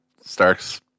Starks